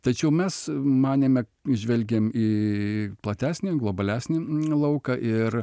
tačiau mes manėme žvelgėm į platesnį globalesnį lauką ir